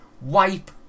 wipe